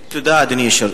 תודה, אדוני היושב-ראש.